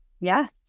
Yes